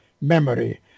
memory